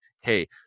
Hey